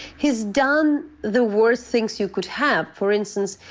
he's done the worst things you could have. for instance,